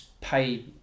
pay